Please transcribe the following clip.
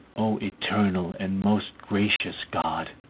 o eternal and most gracious god,